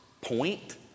point